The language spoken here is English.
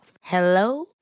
hello